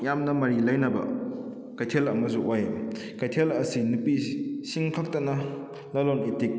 ꯌꯥꯝꯅ ꯃꯔꯤ ꯂꯩꯅꯕ ꯀꯩꯊꯦꯜ ꯑꯃꯁꯨ ꯑꯣꯏꯑꯕ ꯀꯩꯊꯦꯜ ꯑꯁꯤ ꯅꯨꯄꯤ ꯁꯤꯡ ꯈꯛꯇꯅ ꯂꯂꯣꯟ ꯏꯇꯤꯛ